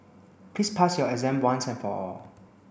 please pass your exam once and for all